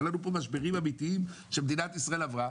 היו לנו כאן משברים אמיתיים שמדינת ישראל עברה.